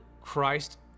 Christ